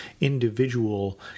individual